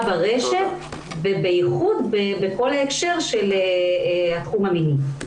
ברשת ובמיוחד בכל ההקשר של התחום המיני.